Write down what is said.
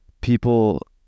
People